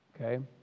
Okay